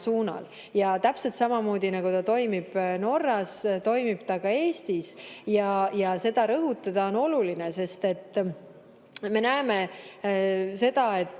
suunal. Ja täpselt samamoodi, nagu ta toimib Norras, toimib ta ka Eestis. Ja seda rõhutada on oluline. Me näeme seda, et